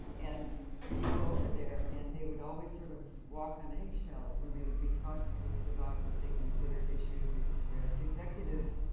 and we'd go over there and they would always sort of walk on egg shells when they would be talking to us about what they considered issues with the script, executives